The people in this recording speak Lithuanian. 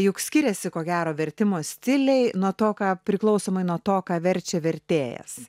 juk skiriasi ko gero vertimo stiliai nuo to ką priklausomai nuo to ką verčia vertėjas